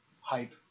hype